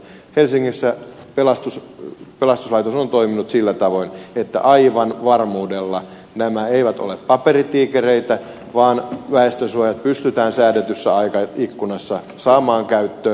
helsingissä pelastuslaitos on toiminut sillä tavoin että aivan varmuudella nämä eivät ole paperitiikereitä vaan väestönsuojat pystytään säädetyssä aikaikkunassa saamaan käyttöön